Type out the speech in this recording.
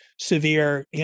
severe